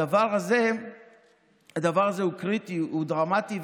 הדבר הזה הוא קריטי, הוא דרמטי.